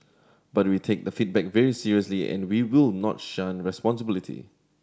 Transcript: but we take the feedback very seriously and we will not shun responsibility